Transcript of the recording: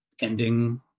ending